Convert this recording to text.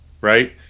right